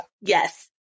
Yes